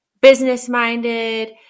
business-minded